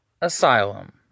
Asylum